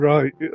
Right